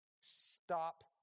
Stop